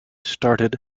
started